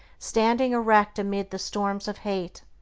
standing erect amid the storms of hate,